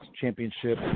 championship